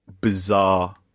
bizarre